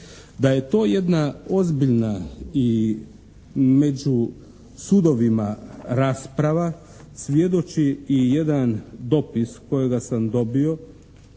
Da je to jedna ozbiljna i među sudovima rasprava svjedoči i jedan dopis kojega sam dobio,